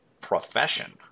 profession